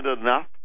enough